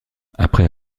après